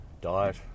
diet